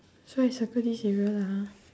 so I circle this area lah ha